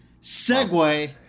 Segway